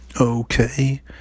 Okay